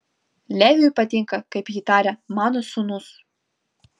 leviui patinka kaip ji taria mano sūnus